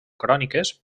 cròniques